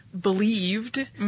believed